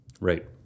Right